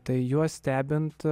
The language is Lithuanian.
tai juos stebint